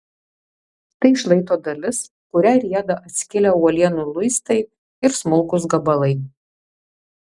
tai šlaito dalis kuria rieda atskilę uolienų luistai ir smulkūs gabalai